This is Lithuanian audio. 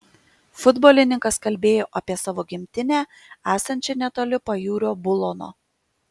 futbolininkas kalbėjo apie savo gimtinę esančią netoli pajūrio bulono